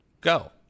go